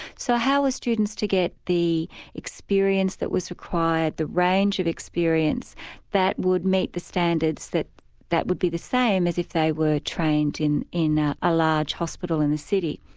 so how were ah students to get the experience that was required, the range of experience that would meet the standards that that would be the same as if they were trained in in a large hospital in the city?